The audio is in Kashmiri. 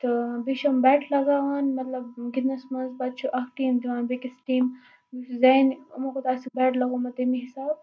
تہٕ بیٚیہِ چھِ ہَم بیٹ لگاوان مطلب گِندنَس منٛز پَتہٕ چھُ اکھ ٹیٖم دِوان بیٚیہِ کِس ٹیٖم یُس زینہِ یِمو کوٗتاہ چھُ بیٹ لگاومُت تَمہِ حِسابہ